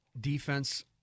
defense